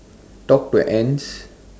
talk to ants